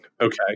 Okay